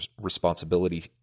responsibility